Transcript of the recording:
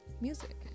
music